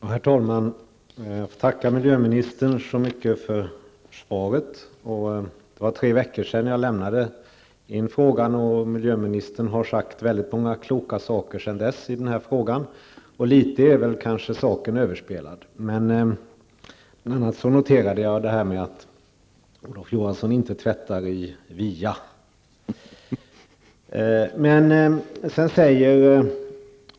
Herr talman! Jag tackar miljöministern så mycket för svaret. Jag lämnade in min fråga för tre veckor sedan. Miljöministern har sagt många kloka saker i den här frågan sedan dess. Frågan är därför litet överspelad. Jag noterade bl.a. att Olof Johansson inte tvättar i Via.